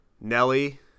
Nelly